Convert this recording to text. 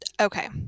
Okay